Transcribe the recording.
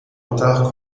retard